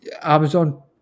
amazon